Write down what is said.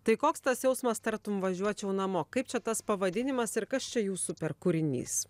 tai koks tas jausmas tartum važiuočiau namo kaip čia tas pavadinimas ir kas čia jūsų per kūrinys